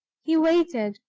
he waited,